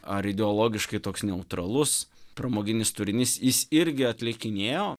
ar ideologiškai toks neutralus pramoginis turinys jis irgi atlikinėjo